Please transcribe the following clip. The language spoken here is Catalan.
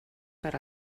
per